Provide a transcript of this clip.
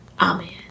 Amen